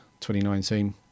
2019